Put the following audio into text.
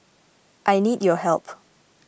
I need your help